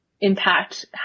impact